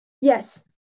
Yes